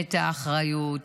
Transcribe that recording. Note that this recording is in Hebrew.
את האחריות,